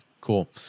Cool